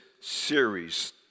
series